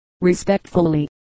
respectfully